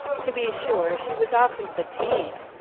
to be sure she was often fatigued,